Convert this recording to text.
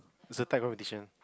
is a type of diction